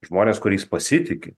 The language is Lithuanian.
žmonės kuriais pasitiki